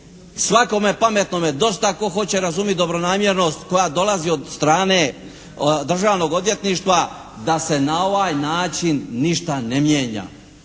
Svakome pametnome je dosta tko hoće razumjeti dobronamjernost koja dolazi od strane Državnog odvjetništva da se na ovaj način ništa ne mijenja,